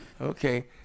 okay